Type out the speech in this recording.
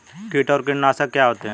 कीट और कीटनाशक क्या होते हैं?